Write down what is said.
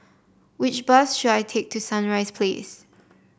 which bus should I take to Sunrise Place